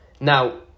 Now